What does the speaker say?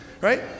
Right